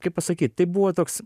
kaip pasakyt tai buvo toks